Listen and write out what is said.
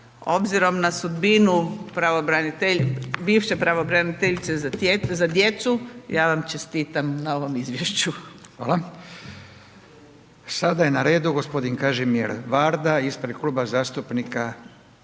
obzirom na sudbinu bivše pravobraniteljice za djecu, ja vam čestitam na ovom izvješću. **Radin, Furio (Nezavisni)** Hvala. Sada je na redu g. Kažimir Varda, ispred Kluba zastupnika